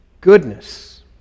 goodness